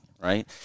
right